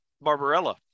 Barbarella